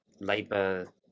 Labour